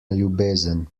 ljubezen